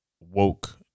woke